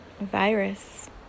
virus